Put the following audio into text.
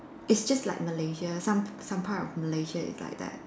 it's just like Malaysia some some part of Malaysia is like that